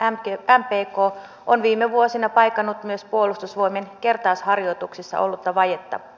meidän tapamme työskennellä on yksinkertaisesti niin hektinen näiden monimutkaisten ja vaikeasti hallittavissa olevien asioiden